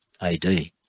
AD